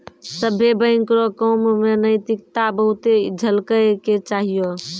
सभ्भे बैंक रो काम मे नैतिकता बहुते झलकै के चाहियो